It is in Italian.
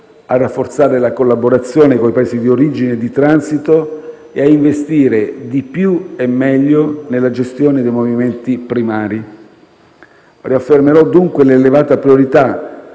a rafforzare la collaborazione con i Paesi di origine e di transito e a investire di più e meglio nella gestione dei movimenti primari. Riaffermerò dunque l'elevata priorità